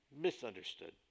Misunderstood